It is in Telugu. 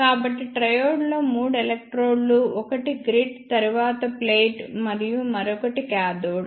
కాబట్టి ట్రైయోడ్లో మూడు ఎలక్ట్రోడ్లు ఒకటి గ్రిడ్ తరువాత ప్లేట్ మరియు మరొకటి కాథోడ్